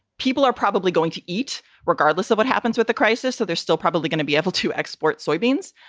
people are probably going to eat regardless of what happens with the crisis. so there's still probably going to be able to export soybeans.